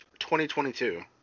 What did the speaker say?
2022